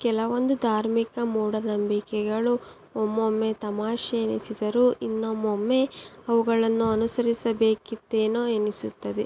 ಕೆಲವೊಂದು ಧಾರ್ಮಿಕ ಮೂಢನಂಬಿಕೆಗಳು ಒಮ್ಮೊಮ್ಮೆ ತಮಾಷೆ ಎನಿಸಿದರೂ ಇನ್ನೊಮ್ಮೊಮ್ಮೆ ಅವುಗಳನ್ನು ಅನುಸರಿಸಬೇಕಿತ್ತೇನೋ ಎನಿಸುತ್ತದೆ